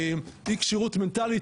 אי כשירות מנטלית,